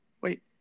wait